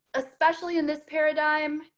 especially in this paradigm.